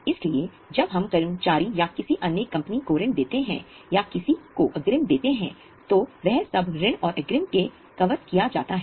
इसलिए जब हम कर्मचारी या किसी अन्य कंपनी को ऋण देते हैं या किसी को अग्रिम देते हैं तो वह सब ऋण और अग्रिम में कवर किया जाता है